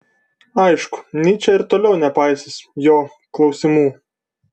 aišku nyčė ir toliau nepaisys jo klausimų